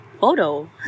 photo